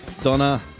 Donna